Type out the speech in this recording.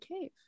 cave